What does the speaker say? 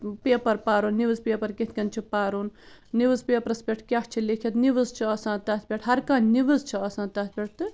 paper پَرُن news paper کِتھ کٔنۍ چھِ پَرُن نِوٕز پیپرس پٮ۪ٹھ کیٛاہ چھِ لیٛکِھتھ نِوٕز چھِ آسان تَتھ پٮ۪ٹھ ہر کانٛہہ نِوٕز چھِ آسان تَتھ پٮ۪ٹھ تہٕ